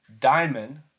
Diamond